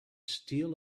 steel